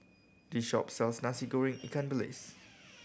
this shop sells Nasi Goreng ikan bilis